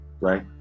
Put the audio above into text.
right